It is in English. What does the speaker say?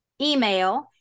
email